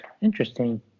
Interesting